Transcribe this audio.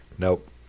Nope